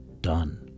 done